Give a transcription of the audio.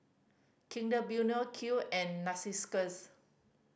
Kinder Bueno Qoo and Narcissus